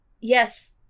yes